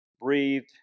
breathed